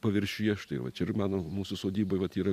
paviršiuje štai va čia ir mano mūsų sodyboj vat yra